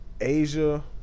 Asia